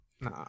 nah